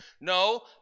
No